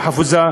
החפוזה,